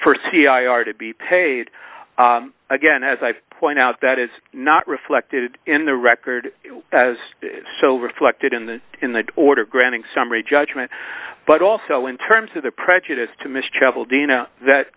c i r to be paid again as i point out that is not reflected in the record as so reflected in the in the order granting summary judgment but also in terms of the prejudice t